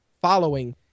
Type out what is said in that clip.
following